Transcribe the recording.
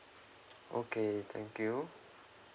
okay thank you